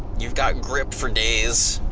you've got grip for days.